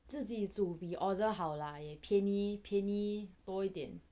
自己煮比 order 好啦也便宜便宜多一点